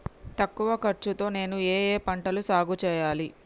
తక్కువ ఖర్చు తో నేను ఏ ఏ పంటలు సాగుచేయాలి?